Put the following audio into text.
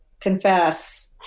confess